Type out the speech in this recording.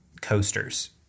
coasters